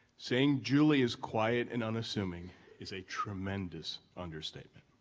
saying julie is quiet and unassuming is a tremendous understatement.